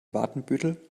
watenbüttel